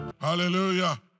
Hallelujah